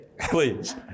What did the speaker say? Please